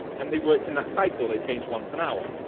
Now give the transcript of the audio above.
and they worked in that cycle they changed once an hour.